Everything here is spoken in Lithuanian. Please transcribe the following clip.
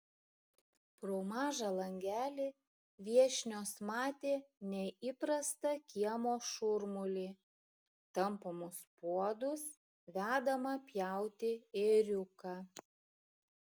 pro mažą langelį viešnios matė neįprastą kiemo šurmulį tampomus puodus vedamą pjauti ėriuką